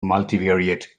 multivariate